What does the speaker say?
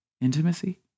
intimacy